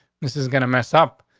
this is gonna mess up.